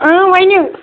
اۭں ؤنِو